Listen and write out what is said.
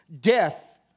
Death